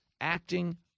acting